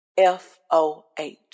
F-O-H